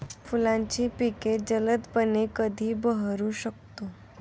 आपण फुलांची पिके जलदपणे कधी बहरू शकतो?